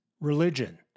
religion